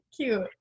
Cute